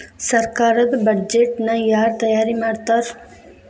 ಸರ್ಕಾರದ್ ಬಡ್ಜೆಟ್ ನ ಯಾರ್ ತಯಾರಿ ಮಾಡ್ತಾರ್?